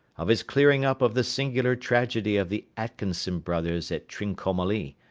of his clearing up of the singular tragedy of the atkinson brothers at trincomalee,